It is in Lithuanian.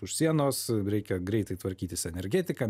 už sienos reikia greitai tvarkytis energetiką